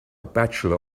bachelor